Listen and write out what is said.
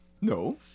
No